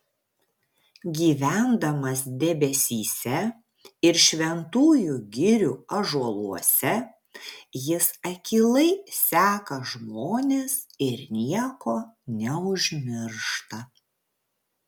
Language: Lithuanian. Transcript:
gyvendamas debesyse ir šventųjų girių ąžuoluose jis akylai seka žmones ir nieko neužmiršta